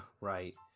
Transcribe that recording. Right